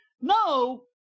No